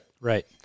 Right